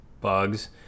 bugs